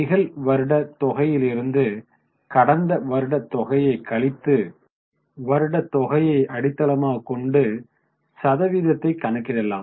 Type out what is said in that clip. நிகழ் வருட தொகையிலிருந்து கடந்த வருட தொகையை கழித்து கடந்த வருட தொகையை அடித்தளமாக கொண்டு சதவீதத்தை கணக்கிடலாம்